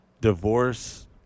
divorce